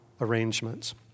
arrangements